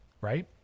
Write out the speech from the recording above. right